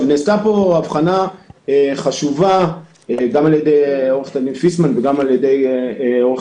נעשתה פה הבחנה חשובה גם על ידי עורכת הדין פיסמן וגם על ידי עורך